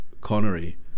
Connery